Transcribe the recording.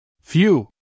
Phew